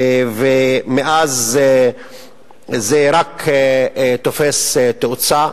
ומאז זה רק תופס תאוצה.